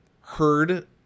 heard